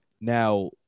now